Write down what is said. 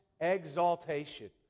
exaltation